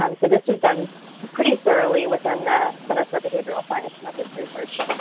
um so this was done pretty thoroughly within the center for behavioral science methods research.